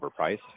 overpriced